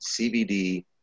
CBD